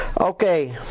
Okay